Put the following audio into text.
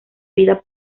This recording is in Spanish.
vida